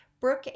Brooke